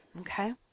okay